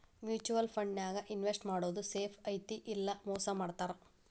mutual ಫಂಡನ್ಯಾಗ invest ಮಾಡೋದ್ safe ಐತಿ ಇಲ್ಲಾ ಮೋಸ ಮಾಡ್ತಾರಾ